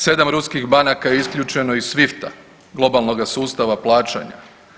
7 ruskih banaka je isključeno iz SWIFT-a globalnoga sustava plaćanja.